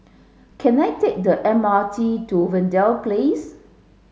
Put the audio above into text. can I take the M R T to Verde Place